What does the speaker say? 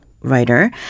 Writer